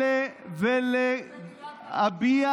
למה דילגת על המשפט האחרון של בגין?